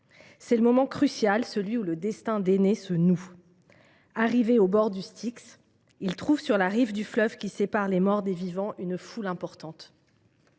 C’est le moment crucial, celui où le destin d’Énée se noue. Arrivé au bord du Styx, il trouve sur la rive du fleuve qui sépare les morts des vivants, une foule importante.